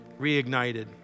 reignited